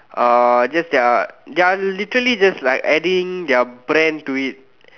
uh just their they're literally just like adding their brand to it